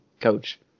coach